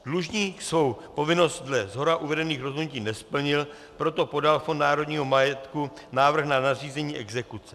Dlužník svou povinnost dle shora uvedených rozhodnutí nesplnil, proto podal Fond národního majetku návrh na nařízení exekuce.